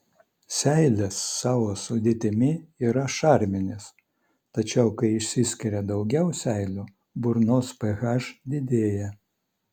seilės savo sudėtimi yra šarminės tačiau kai išsiskiria daugiau seilių burnos ph didėja